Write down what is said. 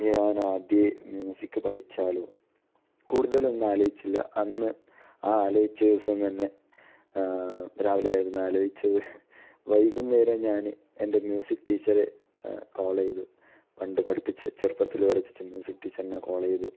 ഞാൻ ആദ്യമേ മ്യൂസിക് പഠിച്ചാലോ കൂടുതലൊന്നും ആലോചിച്ചില്ല അന്ന് ആ ആലോചിച്ച ദിവസം തന്നെ രാവിലെ ആയിരുന്നു ആലോചിച്ചത് വൈകുന്നേരം ഞാൻ എൻ്റെ മ്യൂസിക് ടീച്ചറെ കോൾ ചെയ്തു പണ്ട് പഠിപിച്ച ചെറുപ്പത്തിൽ പഠിപിച്ച മ്യൂസിക് ടീച്ചറിനെ കോൾ ചെയ്തു